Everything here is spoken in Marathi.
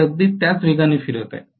ते अगदी त्याच वेगाने फिरत आहे